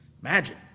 magic